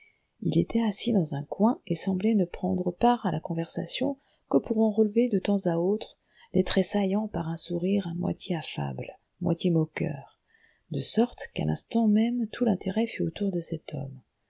il était assis dans un coin et semblait ne prendre part à la conversation que pour en relever de temps à autre les traits saillants par un sourire moitié affable moitié moqueur de sorte qu'à l'instant même tout l'intérêt fut autour de cet homme